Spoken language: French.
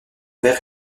vert